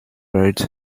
rides